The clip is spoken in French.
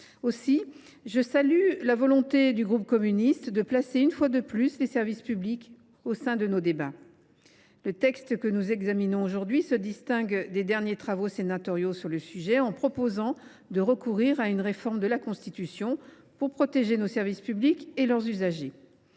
Aussi, je salue la volonté du groupe CRCE K de placer une fois de plus les services publics au cœur de nos débats. Le texte que nous examinons aujourd’hui se distingue des derniers travaux sénatoriaux sur le sujet. Il s’agit de réviser la Constitution pour protéger nos services publics et leurs usagers.